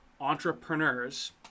entrepreneurs